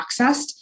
accessed